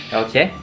okay